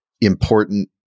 important